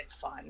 fun